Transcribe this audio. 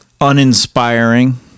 uninspiring